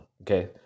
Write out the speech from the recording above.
okay